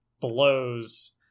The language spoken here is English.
Blows